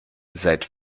seit